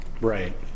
right